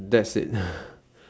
that's it